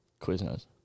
Quiznos